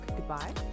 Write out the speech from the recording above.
Goodbye